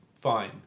fine